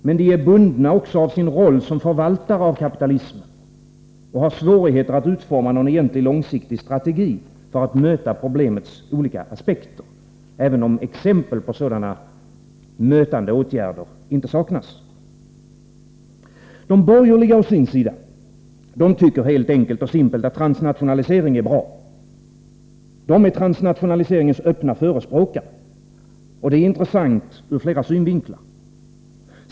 Men de är bundna av sin roll som förvaltare av kapitalismen och har svårigheter att utforma någon egentlig långsiktig strategi för att möta problemets olika aspekter, även om exempel på sådana mötande åtgärder inte saknas. De borgerliga å sin sida tycker helt enkelt och simpelt att transnationalisering är bra. De är transnationaliseringens öppna förespråkare, och det är intressant ur flera synvinklar.